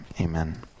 amen